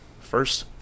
first